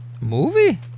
Movie